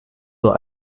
nur